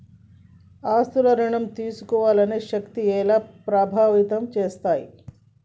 ఆస్తుల ఋణం తీసుకునే శక్తి ఎలా ప్రభావితం చేస్తాయి?